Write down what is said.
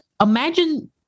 imagine